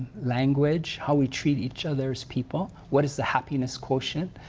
language, how we treat each other as people, what is the happiness quotient?